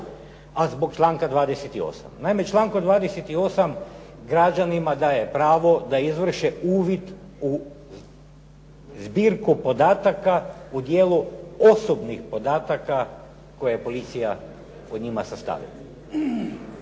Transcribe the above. a zbog članka 28. Naime, člankom 28. građanima daje pravo da izvrše uvid u zbirku podataka u dijelu osobnih podataka koje je policija o njima sastavila.